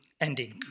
ending